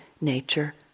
nature